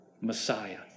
Messiah